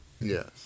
Yes